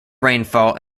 rainfall